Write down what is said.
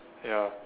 ya